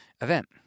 event